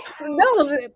no